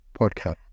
podcast